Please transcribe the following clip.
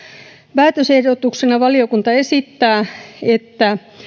päätösehdotuksena valiokunta esittää että